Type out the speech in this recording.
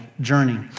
journey